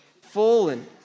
Fallen